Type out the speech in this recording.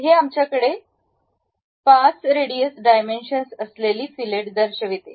हे आमच्याकडे ती 5 रेडीएस डायमेन्शन्स असलेली फिलेट दर्शवते